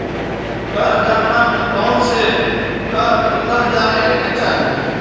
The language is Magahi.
कर गणना में कौनसे कर गिनल जाए के चाही